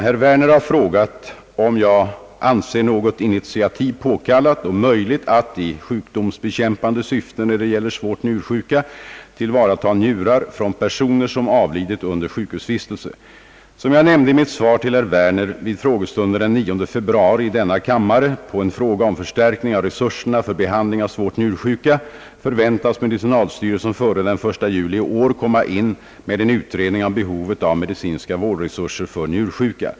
Herr Werner har frågat, om jag anser något initiativ påkallat och möjligt att — i sjukdomsbekämpande syfte när det gäller svårt njursjuka — tillvarata njurar från personer, som avlidit under sjukhusvistelse. Som jag nämnde i mitt svar till herr Werner vid frågestunden den 9 februari i denna kammare på en fråga om förstärkning av resurserna för behandling av svårt njursjuka, förväntas medicinalstyrelsen före den 1 juli i år komma in med en utredning om behovet av medicinska vårdresurser för njursjuka.